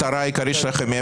שלכם,